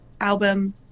album